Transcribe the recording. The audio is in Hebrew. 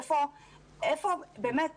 איפה באמת,